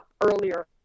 earlier